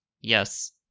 Yes